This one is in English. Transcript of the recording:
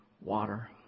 water